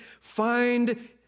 find